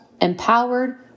empowered